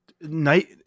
Night